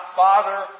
father